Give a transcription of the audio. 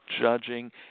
judging